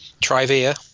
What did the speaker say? Trivia